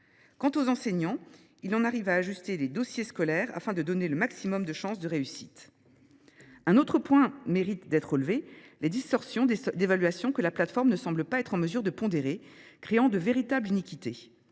Quant aux enseignants, ils en arrivent à ajuster les dossiers scolaires, afin de maximiser les chances de réussite de leurs élèves… Un autre point mérite d’être relevé : les distorsions d’évaluation, que la plateforme ne semble pas être en mesure de pondérer, créent de véritables iniquités.